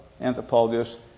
anthropologists